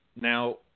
Now